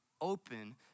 open